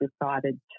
decided